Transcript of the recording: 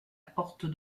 porte